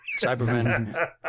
Cyberman